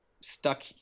stuck